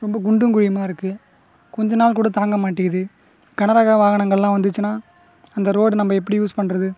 ரொம்ப குண்டும் குழியுமாக இருக்குது கொஞ்ச நாள் கூட தாங்க மாட்டேங்கிது கனரக வாகனங்களெல்லாம் வந்துச்சுனால் அந்த ரோடை நம்ம எப்படி யூஸ் பண்ணுறது